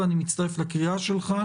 ואני מצטרף לקריאה שלך.